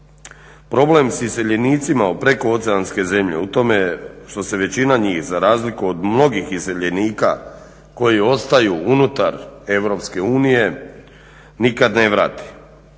Problem sa iseljenicima u prekooceanske zemlje u tome je što se većina njih za razliku od mnogih iseljenika koji ostaju unutar Europske unije nikad ne vrati.